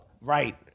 Right